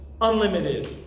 Unlimited